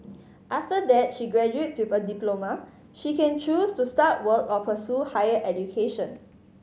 after that she graduates with a diploma she can choose to start work or pursue higher education